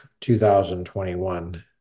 2021